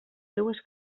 seues